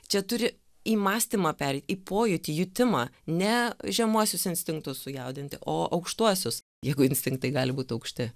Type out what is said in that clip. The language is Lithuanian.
čia turi į mąstymą pereit į pojūtį jutimą ne žemuosius instinktus sujaudinti o aukštuosius jeigu instinktai gali būt aukšti